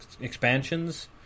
expansions